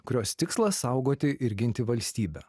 kurios tikslas saugoti ir ginti valstybę